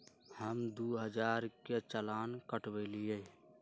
हम दु हजार के चालान कटवयली